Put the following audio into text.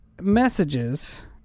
messages